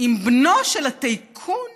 עם בנו של הטייקון